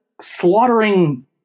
slaughtering